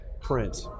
print